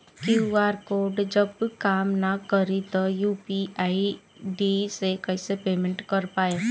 QR code जब काम ना करी त यू.पी.आई आई.डी से कइसे पेमेंट कर पाएम?